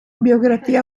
biografia